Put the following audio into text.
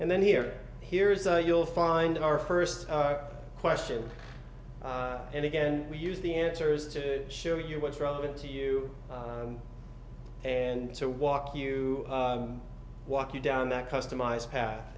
and then here here's a you'll find our first question and again we use the answers to show you what's relevant to you and to walk you walk you down that customized path